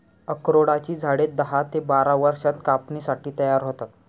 अक्रोडाची झाडे दहा ते बारा वर्षांत कापणीसाठी तयार होतात